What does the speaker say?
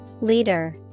Leader